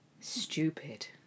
Stupid